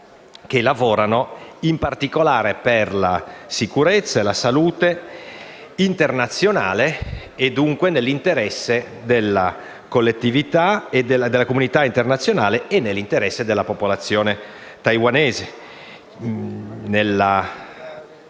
che lavorano in particolare per la sicurezza e la salute internazionale e, dunque, nell'interesse della collettività, della comunità internazionale e della popolazione taiwanese.